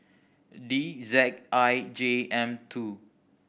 D Z I J M two